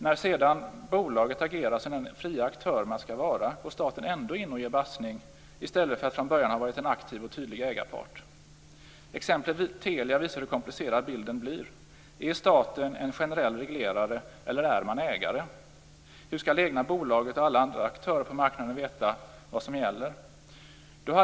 När sedan bolaget agerar som den fria aktör det skall vara går staten ändå in och ger bassning i stället för att redan från början vara en aktiv och tydlig ägarpart. Exemplet Telia visar hur komplicerad bilden blir: Är staten en generell reglerare eller en ägare? Hur skall det egna bolaget och alla andra aktörer på marknaden veta vad som gäller?